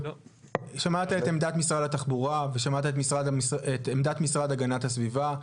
שמעת את עמדת משרד התחבורה ואת עמדת משרד הגנת הסביבה.